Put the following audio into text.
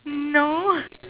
no